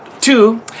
Two